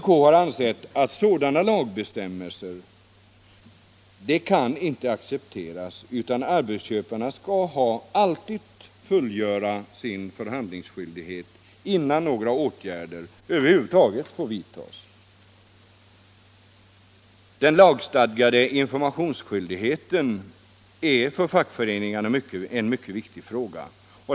Vpk har ansett att sådana lagbestämmelser inte kan accepteras, utan arbetsköparna skall alltid fullgöra sin förhandlingsskyldighet innan några åtgärder över huvud taget får vidtas. Den lagstadgade informationsskyldigheten är en för fackföreningarna mycket viktig fråga.